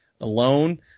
alone